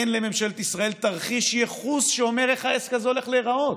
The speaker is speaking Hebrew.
אין לממשלת ישראל תרחיש ייחוס שאומר איך העסק הזה הולך להיראות.